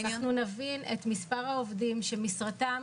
אנחנו נבין את מספר העובדים שמשרתם